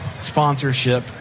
sponsorship